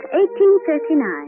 1839